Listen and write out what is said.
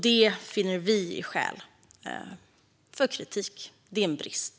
Det finner vi är skäl för kritik. Det är en brist.